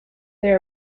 they